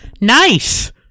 Nice